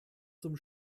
zum